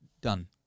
Done